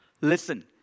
Listen